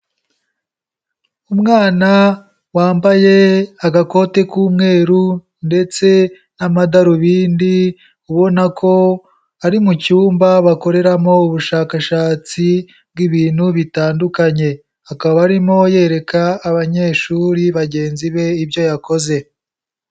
Umwana wambaye agakote k'umweru ndetse n'amadarubindi ubona ko ari mu cyumba bakoreramo ubushakashatsi bw'ibintu bitandukanye, akaba arimo yereka abanyeshuri bagenzi be ibyo yakoze.